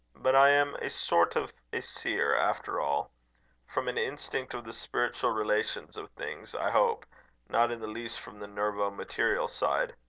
but i am a sort of a seer, after all from an instinct of the spiritual relations of things, i hope not in the least from the nervo-material side.